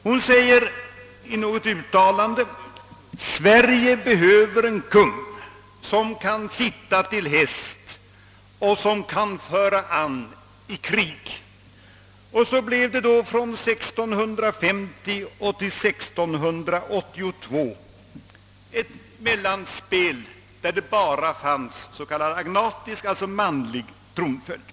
Hon anför i något uttalande: »Sverige behöver en kung som kan sitta till häst och som kan föra an i krig.» Så blev det då från 1650 till 1682 ett mellanspel där det bara fanns s.k. agnatisk, d. v. s. manlig tronföljd.